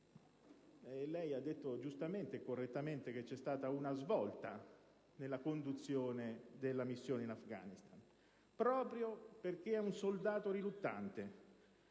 (lei ha detto giustamente e correttamente che c'è stata una svolta nella conduzione della missione in Afghanistan) proprio perché è un soldato riluttante;